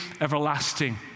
everlasting